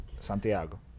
Santiago